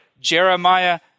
Jeremiah